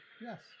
Yes